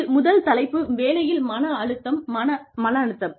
இதில் முதல் தலைப்பு வேலையில் மன அழுத்தம்